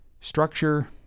structure